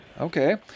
okay